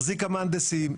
החזיקה מהנדסים,